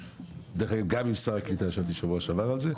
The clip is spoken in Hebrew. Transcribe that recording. גם עם שר הקליטה ישבתי בשבוע שעבר על זה,